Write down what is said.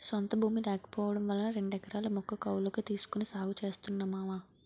సొంత భూమి లేకపోవడం వలన రెండెకరాల ముక్క కౌలకు తీసుకొని సాగు చేస్తున్నా మావా